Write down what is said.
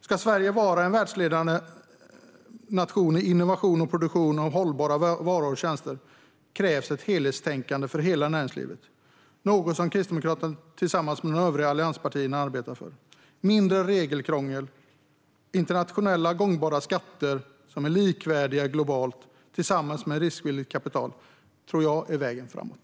Ska Sverige vara en världsledande nation i fråga om innovation och produktion av hållbara varor och tjänster krävs ett helhetstänkande för hela näringslivet, något som Kristdemokraterna tillsammans med de övriga allianspartierna arbetar för. Mindre regelkrångel, internationellt gångbara skatter, som är likvärdiga globalt, tillsammans med riskvilligt kapital tror jag är vägen framåt.